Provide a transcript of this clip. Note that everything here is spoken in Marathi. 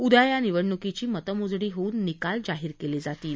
उद्या या निवडणुकीची मतमोजणी होऊन निकाल जाहीर केले जातील